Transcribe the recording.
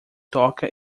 toca